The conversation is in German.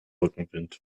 rückenwind